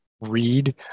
read